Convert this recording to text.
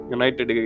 United